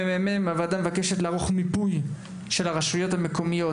הממ״מ מבקשת לערוך מיפוי קבוע של כל הרשויות המקומיות,